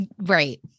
Right